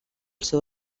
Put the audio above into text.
seu